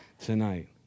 tonight